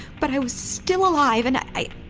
but i was still alive and i.